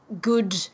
good